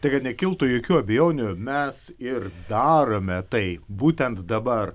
tai kad nekiltų jokių abejonių mes ir darome tai būtent dabar